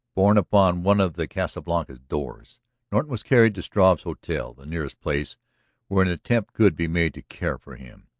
borne upon one of the casa blanca's doors norton was carried to struve's hotel, the nearest place where an attempt could be made to care for him.